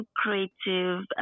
creative